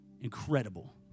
incredible